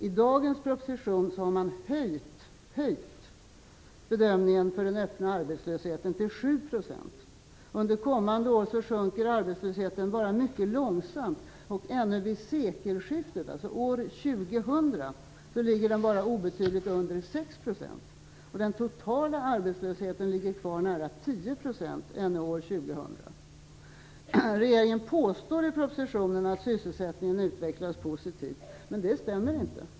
I dagens proposition har man höjt bedömningen för den öppna arbetslösheten till 7 %. Under kommande år sjunker arbetslösheten bara mycket långsamt. Ännu vid sekelskiftet, alltså år 2000, ligger den bara obetydligt under 6 %. Den totala arbetslösheten ligger kvar nära 10 % ännu år 2000. Regeringen påstår i propositionen att sysselsättningen utvecklas positivt, men det stämmer inte.